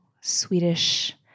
Swedish